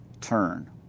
turn